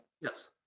Yes